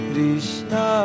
Krishna